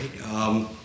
right